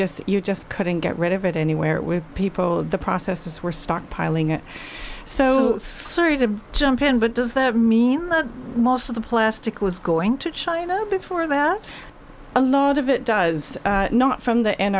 just you just couldn't get rid of it anywhere with people the processes were stockpiling so sorry to jump in but does that mean look most of the plastic was going to china before that a lot of it does not from the